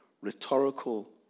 rhetorical